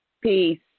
Peace